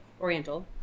Oriental